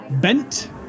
Bent